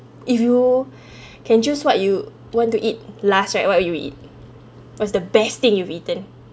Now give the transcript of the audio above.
if you can choose what you want to eat last right what would you eat what's the best thing you've eaten